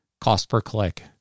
cost-per-click